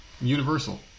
Universal